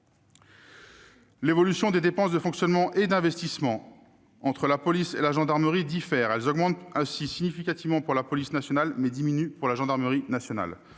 L'évolution des dépenses de fonctionnement et d'investissement entre la police et la gendarmerie diffère : elles augmentent ainsi significativement pour la police nationale, mais diminuent pour la gendarmerie nationale.